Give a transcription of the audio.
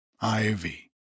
ivy